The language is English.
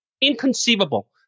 Inconceivable